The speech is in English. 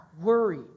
Worry